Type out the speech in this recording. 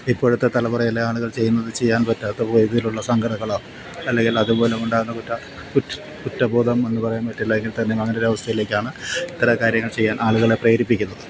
ഇപ്പോഴത്തെ തലമുറയിലെ ആളുകൾ ചെയ്യുന്നത് ചെയ്യാൻ പറ്റാതെ പോയതിലുള്ള സങ്കടങ്ങളോ അല്ലെങ്കിൽ അതുമൂലം ഉണ്ടാകുന്ന കുറ്റബോധം എന്നു പറയുന്നതൊക്കെ ഇല്ലായെങ്കിൽ തന്നെ അങ്ങനെ ഒരവസ്ഥയിലേക്കാണ് ഇത്തരം കാര്യങ്ങൾ ചെയ്യാൻ ആളുകളെ പ്രേരിപ്പിക്കുന്നത്